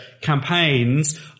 campaigns